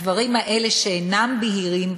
הדברים האלה, שאינם בהירים,